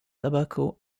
tobacco